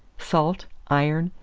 salt, iron,